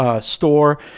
store